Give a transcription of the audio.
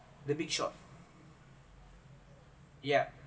the big shot yeah